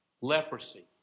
leprosy